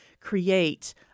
create